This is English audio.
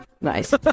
Nice